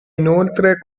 inoltre